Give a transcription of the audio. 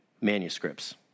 manuscripts